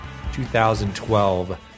2012